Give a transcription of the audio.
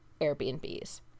airbnbs